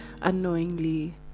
unknowingly